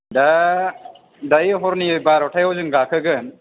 दा दायो हरनि बार'थायाव जों गाखोगोन